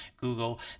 Google